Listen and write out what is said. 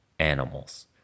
animals